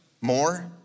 more